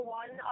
one